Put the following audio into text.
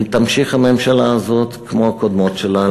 אם תמשיך הממשלה הזאת כמו הקודמות לה,